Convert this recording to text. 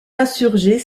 insurgés